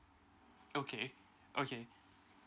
okay okay